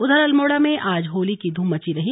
उधर अल्मोड़ा में आज होली की धूम मची रही